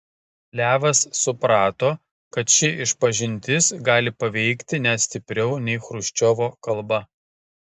levas suprato kad ši išpažintis gali paveikti net stipriau nei chruščiovo kalba